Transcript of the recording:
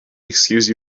excuse